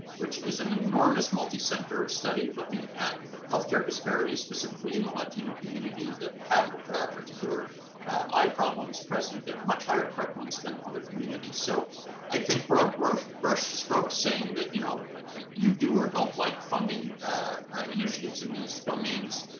which is an enormous multi center study looking at healthcare disparities specifically in the latino community, that have particular eye problems at much higher prevalence than other communities. so i think broad-brush broad-brush strokes saying that you know you do or don't like funding initiatives in these domains,